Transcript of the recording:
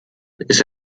ist